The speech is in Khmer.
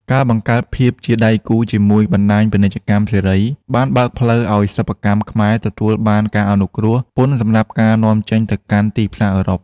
ការបង្កើតភាពជាដៃគូជាមួយបណ្ដាញពាណិជ្ជកម្មសេរី បានបើកផ្លូវឱ្យសិប្បកម្មខ្មែរទទួលបានការអនុគ្រោះពន្ធសម្រាប់ការនាំចេញទៅកាន់ទីផ្សារអឺរ៉ុប។